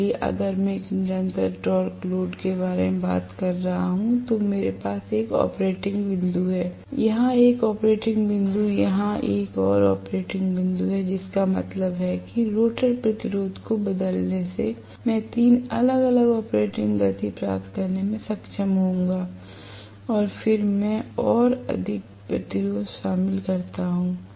इसलिए अगर मैं एक निरंतर टॉर्क लोड के बारे में बात कर रहा हूं तो मेरे पास एक ऑपरेटिंग बिंदु है यहां एक ऑपरेटिंग बिंदु यहां एक और ऑपरेटिंग बिंदु है जिसका मतलब है कि रोटर प्रतिरोध को बदलने से मैं 3 अलग अलग ऑपरेटिंग गति प्राप्त करने में सक्षम होऊंगा और फिर मैं और अधिक प्रतिरोध शामिल करता हूं